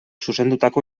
zuzendutako